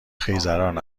خیزران